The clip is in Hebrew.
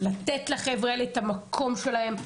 לתת לחבר'ה האלה את המקום שלהם.